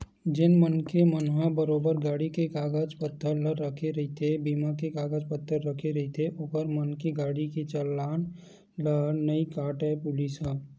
जेन मनखे मन ह बरोबर गाड़ी के कागज पतर ला रखे रहिथे बीमा के कागज पतर रखे रहिथे ओखर मन के गाड़ी के चलान ला नइ काटय पुलिस ह